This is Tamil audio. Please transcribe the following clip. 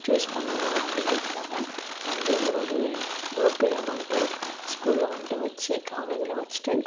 சூஸ் பண்ணணும் அப்படிங்கிறதுக்காக அக்ரிங்கற ஒரு குரூப்பையும் வந்துட்டு ஸ்கூலில் வந்துட்டு வச்சு காலேஜில் வச்சிகிட்டு